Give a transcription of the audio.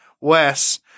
Wes